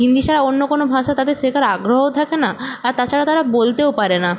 হিন্দি ছাড়া অন্য কোনো ভাষা তাদের শেখার আগ্রহও থাকে না আর তাছাড়া তারা বলতেও পারে না